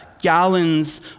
gallons